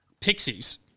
Pixies